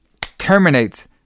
terminates